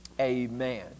amen